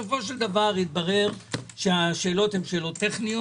סופו של דבר התברר שהשאלות הן טכניות,